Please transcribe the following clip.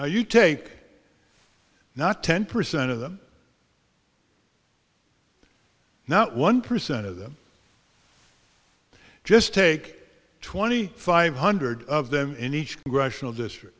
you take not ten percent of them not one percent of them just take twenty five hundred of them in each gresham district